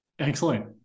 Excellent